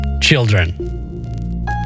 Children